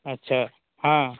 अच्छा हँ